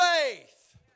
faith